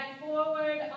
forward